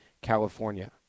California